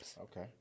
Okay